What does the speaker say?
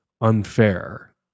unfair